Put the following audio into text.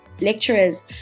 lecturers